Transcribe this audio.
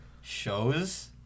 shows